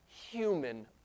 Human